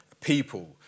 people